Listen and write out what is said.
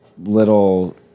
little